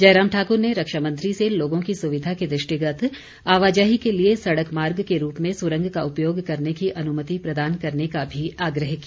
जयराम ठाकुर ने रक्षामंत्री से लोगों की सुविधा के दृष्टिगत आवाजाही के लिए सड़क मार्ग के रूप में सुरंग का उपयोग करने की अनुमति प्रदान करने का भी आग्रह किया